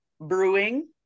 Brewing